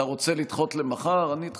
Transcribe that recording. אתה רוצה לדחות למחר?